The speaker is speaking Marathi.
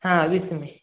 हां वीस मे